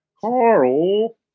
Carl